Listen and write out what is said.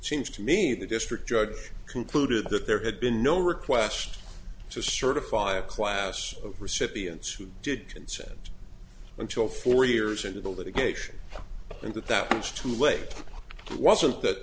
change to me the district judge concluded that there had been no request to certify a class of recipients who did consent until four years into the litigation and that that was too late wasn't that